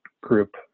group